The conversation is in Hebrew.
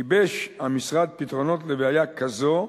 גיבש המשרד פתרונות לבעיה כזו,